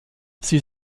sie